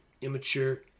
immature